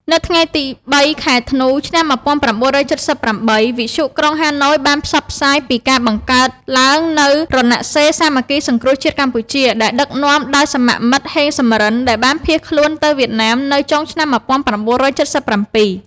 នៅថ្ងៃទី ៣ ខែធ្នូ ឆ្នាំ ១៩៧៨ វិទ្យុក្រុងហាណូយបានផ្សព្វផ្សាយពីការបង្កើតឡើងនូវ "រណសិរ្សសាមគ្គីសង្គ្រោះជាតិកម្ពុជា" ដែលដឹកនាំដោយសមមិត្ត ហេង សំរិន ដែលបានភៀសខ្លួនទៅវៀតណាមនៅចុងឆ្នាំ ១៩៧៧។